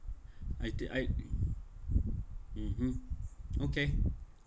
I think I (uh huh) okay